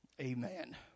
Amen